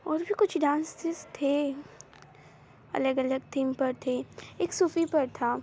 और भी कुछ डांसिज़ थे अलग अलग थीम पर थे एक सूफ़ी पर था